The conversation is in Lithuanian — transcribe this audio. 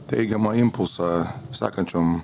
teigiamą impulsą sekančiom